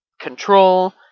control